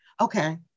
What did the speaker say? Okay